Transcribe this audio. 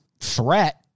threat